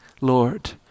Lord